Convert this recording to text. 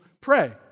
pray